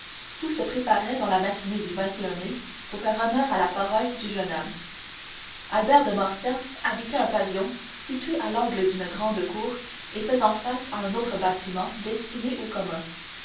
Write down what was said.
tout se préparait dans la matinée du mai pour faire honneur à la parole du jeune homme albert de morcerf habitait un pavillon situé à l'angle d'une grande cour et faisant face à un autre bâtiment destiné aux communs